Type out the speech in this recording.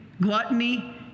gluttony